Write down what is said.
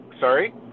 Sorry